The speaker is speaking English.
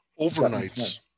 Overnights